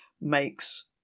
makes